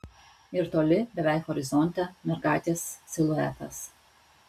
ir toli beveik horizonte mergaitės siluetas